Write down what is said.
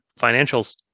financials